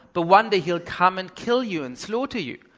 but one day he'll come and kill you, and slaughter you.